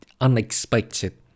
unexpected